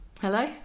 Hello